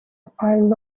pile